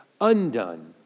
undone